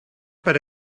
per